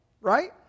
right